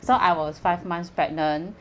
so I was five months pregnant